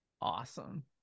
awesome